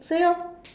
say orh